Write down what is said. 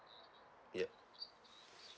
yup